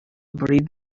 breed